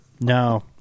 no